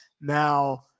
now